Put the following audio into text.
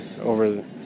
over